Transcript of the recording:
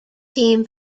team